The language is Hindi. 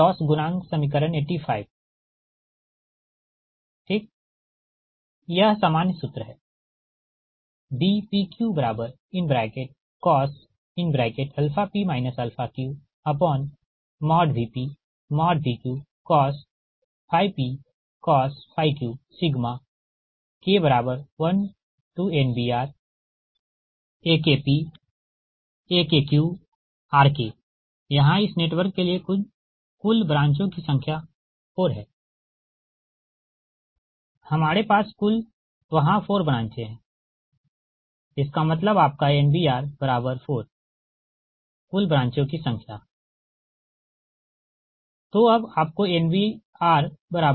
अब लॉस गुणांक समीकरण 85 ठीक यह सामान्य सूत्र है Bpq cos p q VpVqcos p cos q K1NBRAKpAKqRK यहाँ इस नेटवर्क के लिए कुल ब्रांचो की संख्या 4 है हमारे पास कुल वहाँ 4 ब्रांचे है इसका मतलब आपका NBR4 कुल ब्रांचो की संख्या ठीक